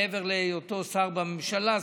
מעבר להיותו שר בממשלה,